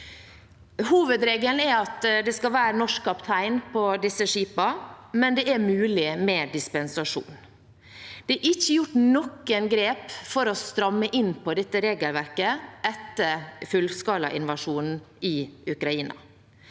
Hovedregelen er at det skal være norsk kaptein på disse skipene, men det er mulig med dispensasjon. Det er ikke gjort noen grep for å stramme inn på dette regelverket etter fullskalainvasjonen i Ukraina.